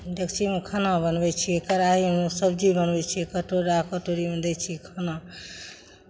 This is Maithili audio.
डेकचीमे खाना बनबै छियै कड़ाहीमे सब्जी बनबै छियै कटोरा कटोरीमे दै छियै खाना